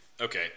Okay